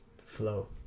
Flow